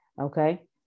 Okay